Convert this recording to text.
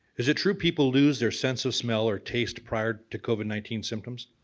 is it true people lose their sense of smell or taste prior to covid nineteen symptoms?